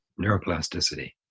neuroplasticity